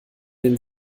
den